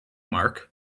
mark